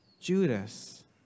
Judas